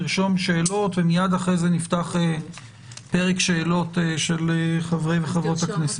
נרשום שאלות ומייד אחרי זה נפתח פרק שאלות של חברות וחברי הכנסת.